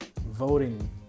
voting